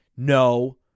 No